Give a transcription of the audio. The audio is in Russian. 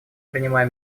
принимая